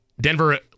Denver